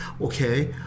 okay